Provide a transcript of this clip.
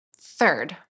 Third